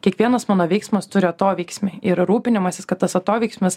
kiekvienas mano veiksmas turi atoveiksmį ir rūpinimasis kad tas atoveiksmis